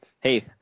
Hey